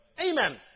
Amen